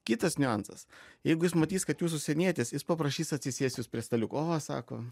kitas niuansas jeigu jis matys kad jūs užsienietis jis paprašys atsisės prie staliuko o sako